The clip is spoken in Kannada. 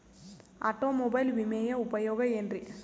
ಆಟೋಮೊಬೈಲ್ ವಿಮೆಯ ಉಪಯೋಗ ಏನ್ರೀ?